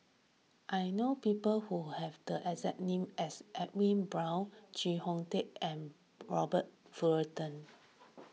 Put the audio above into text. I know people who have the as name as Edwin Brown Chee Kong Tet and Robert Fullerton